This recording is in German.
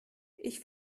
ich